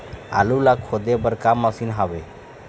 आलू ला खोदे बर का मशीन हावे?